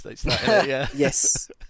Yes